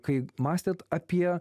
kai mąstėt apie